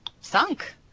sunk